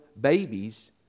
babies